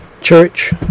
Church